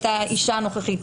האישה הנוכחית.